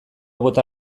bota